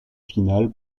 finale